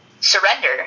Surrender